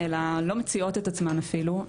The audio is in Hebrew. אלא לא מציעות את עצמן אפילו,